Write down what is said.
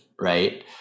Right